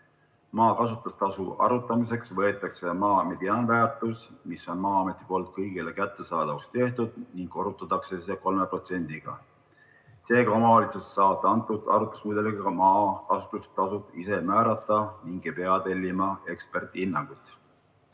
Maa kasutustasu arvutamiseks võetakse maa mediaanväärtus, mis on Maa-ameti poolt kõigile kättesaadavaks tehtud, ning korrutatakse see 3%‑ga. Seega omavalitsused saavad antud arvutusmudeliga maa kasutustasud ise määrata ning ei pea tellima eksperthinnanguid.